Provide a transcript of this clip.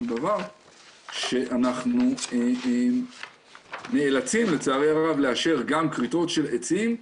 דבר שאנחנו נאלצים לצערי הרב לאשר גם כריתות של עצים,